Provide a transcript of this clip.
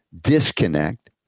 disconnect